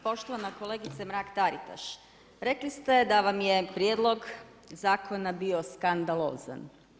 Poštovana kolegice Mrak Taritaš, rekli ste da vam je prijedlog zakona bio skandalozan.